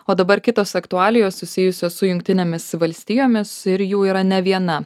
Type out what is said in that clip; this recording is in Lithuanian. o dabar kitos aktualijos susijusios su jungtinėmis valstijomis ir jų yra ne viena